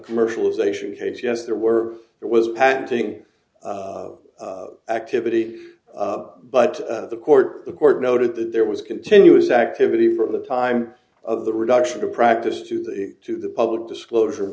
commercialisation hayes yes there were there was patenting activity but the court the court noted that there was continuous activity from the time of the reduction to practice to the to the public disclosure